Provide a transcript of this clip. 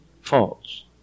false